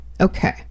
okay